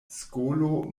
skolo